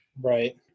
Right